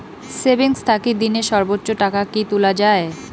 Savings থাকি দিনে সর্বোচ্চ টাকা কি তুলা য়ায়?